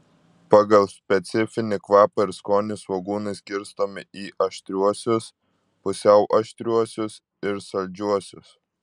pagal specifinį kvapą ir skonį svogūnai skirstomi į aštriuosius pusiau aštriuosius ir saldžiuosius